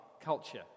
culture